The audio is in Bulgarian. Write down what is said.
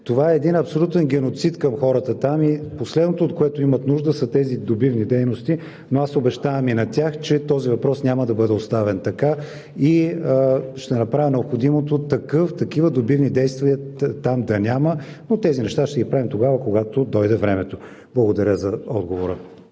Това е един абсолютен геноцид към хората там и последното, от което имат нужда, са тези добивни дейности. Аз обещавам и на тях, че този въпрос няма да бъде оставен така и ще направя необходимото такива добивни действия там да няма, но тези неща ще ги правим тогава, когато им дойде времето. Благодаря за отговора.